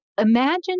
Imagine